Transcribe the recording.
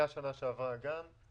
היה שנה שעברה גם.